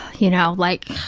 you know, like,